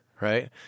Right